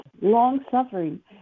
long-suffering